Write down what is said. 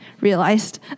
realized